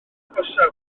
agosaf